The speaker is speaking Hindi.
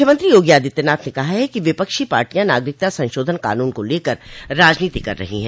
मुख्यमंत्री योगी आदित्यनाथ ने कहा है कि विपक्षी पार्टियां नागरिकता संशोधन कानून को लेकर राजनीति कर रही है